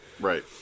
Right